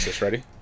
Ready